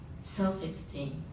self-esteem